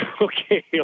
Okay